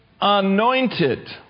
anointed